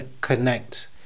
connect